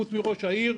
חוץ מראש העיר,